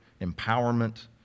empowerment